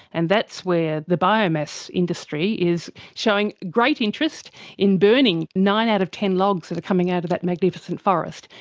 and that's where the biomass industry is showing great interest in burning nine out of ten logs that are coming out of that magnificent forest,